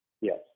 Yes